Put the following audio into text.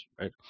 right